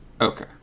Okay